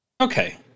Okay